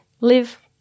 live